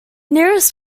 nearest